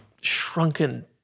shrunken